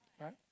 Right